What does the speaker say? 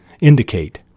indicate